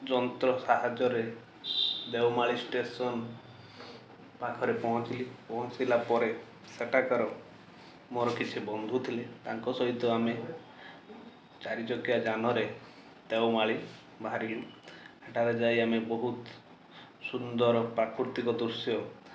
ଯନ୍ତ୍ର ସାହାଯ୍ୟରେ ଦେଓମାଳି ଷ୍ଟେସନ ପାଖରେ ପହଞ୍ଚିଲି ପହଞ୍ଚିଲା ପରେ ସେଠାକାର ମୋର କିଛି ବନ୍ଧୁ ଥିଲେ ତାଙ୍କ ସହିତ ଆମେ ଚାରି ଚକିଆ ଯାନରେ ଦେଓମାଳି ବାହାରିଲୁ ସେଟାରେ ଯାଇ ଆମେ ବହୁତ ସୁନ୍ଦର ପ୍ରାକୃତିକ ଦୃଶ୍ୟ